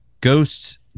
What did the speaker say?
ghosts